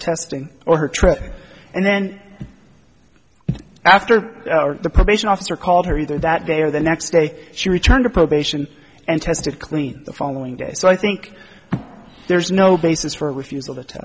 testing or her trip and then after the probation officer called her either that day or the next day she returned to probation and tested clean the following day so i think there's no basis for refusal to te